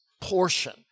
portion